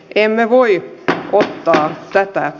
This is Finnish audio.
emme voi voittaa pöytään